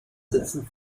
setzen